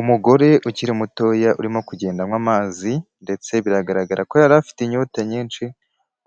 Umugore ukiri mutoya urimo kugenda anywa amazi ndetse biragaragara ko yari afite inyote nyinshi,